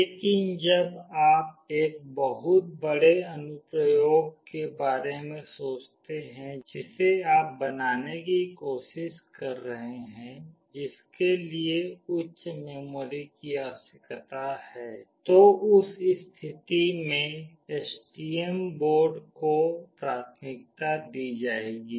लेकिन जब आप एक बहुत बड़े अनुप्रयोग के बारे में सोचते हैं जिसे आप बनाने की कोशिश कर रहे हैं जिसके लिए उच्च मेमोरी की आवश्यकता होती है तो उस स्थिति में एसटीएम बोर्ड को प्राथमिकता दी जाएगी